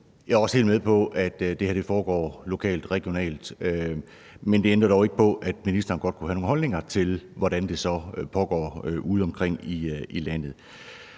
Jeg er også helt med på, at det her foregår lokalt-regionalt. Men det ændrer dog ikke på, at ministeren godt kunne have nogle holdninger til, hvordan det så foregår udeomkring i landet,